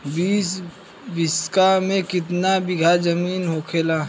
बीस बिस्सा में कितना बिघा जमीन होखेला?